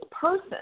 person